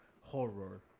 horror